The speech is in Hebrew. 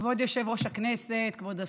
כבוד יושב-ראש הכנסת, כבוד השר,